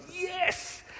yes